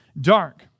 dark